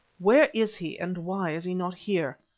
where is he and why is he not here?